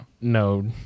no